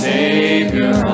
Savior